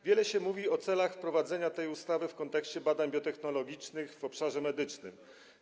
Wiele się mówi o celach wprowadzenia tej ustawy w kontekście badań biotechnologicznych w obszarze medycznym.